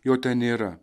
jo ten nėra